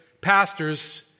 pastors